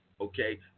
okay